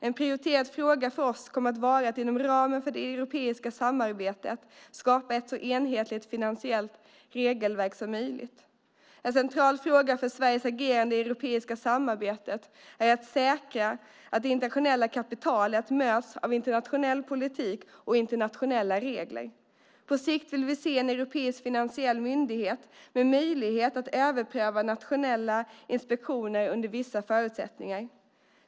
En prioriterad fråga för oss kommer att vara att inom ramen för det europeiska samarbetet skapa ett så enhetligt finansiellt regelverk som möjligt. En central fråga för Sveriges agerande i det europeiska samarbetet är att säkra att det internationella kapitalet möts av internationell politik och internationella regler. På sikt vill vi se en europeisk finansiell myndighet med möjlighet att överpröva nationella inspektioner under vissa förutsättningar.